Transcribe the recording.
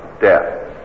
death